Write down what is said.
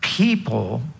People